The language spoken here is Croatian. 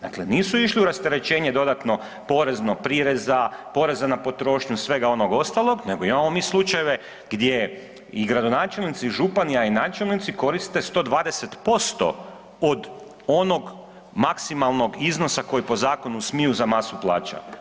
Dakle nisu išli u rasterećenje dodatno poreznog prireza, porezan na potrošnju, svega onog ostalog, nego imamo mi slučajeve gdje i gradonačelnici i župani, a i načelnici koriste 120% od onog maksimalnog iznosa koji po zakonu smiju za masu plaća.